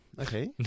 okay